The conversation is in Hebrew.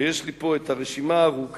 ויש לי פה רשימה ארוכה.